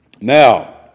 Now